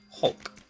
Hulk